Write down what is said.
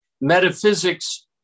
Metaphysics